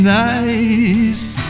nice